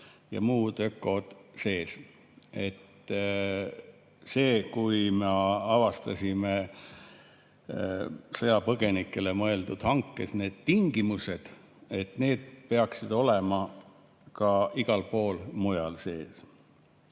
ja muud ökod sees. Kui me avastasime sõjapõgenikele mõeldud hankes need tingimused, et need peaksid olema ka igal pool mujal sees,